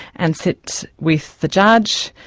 and sit with the judge,